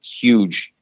huge